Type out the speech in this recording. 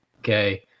Okay